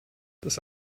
das